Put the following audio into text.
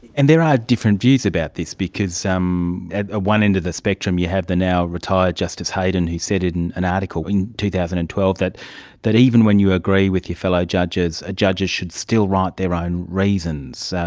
and there are different views about this, because at ah one end of the spectrum you have the now retired justice heydon who said in an article in two thousand and twelve that that even when you agree with your fellow judges, ah judges should still write their own reasons.